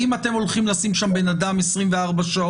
האם אתם הולכים לשים שם בן אדם 24 שעות?